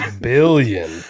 Billion